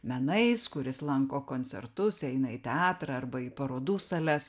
menais kuris lanko koncertus eina į teatrą arba į parodų sales